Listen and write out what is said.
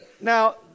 Now